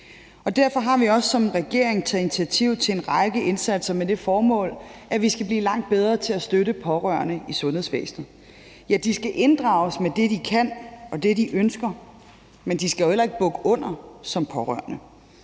Derfor har vi også som regering taget initiativ til en række indsatser med det formål, at vi skal blive langt bedre til at støtte pårørende i sundhedsvæsenet. De skal inddrages, ja, med det, de kan, og det, de ønsker, men de skal jo ikke bukke under som pårørende.